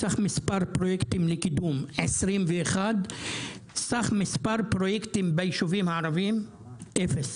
סך מספר פרויקטים לקידום: 21. סך מספר פרויקטים ביישובים הערביים: אפס.